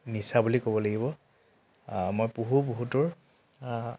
নিচা বুলি ক'ব লাগিব মই পঢ়োঁ বহুতৰ